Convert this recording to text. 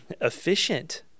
efficient